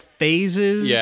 phases